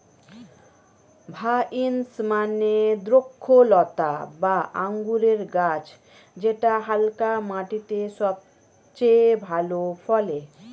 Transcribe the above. vines মানে দ্রক্ষলতা বা আঙুরের গাছ যেটা হালকা মাটিতে সবচেয়ে ভালো ফলে